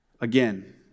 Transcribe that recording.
again